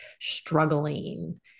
struggling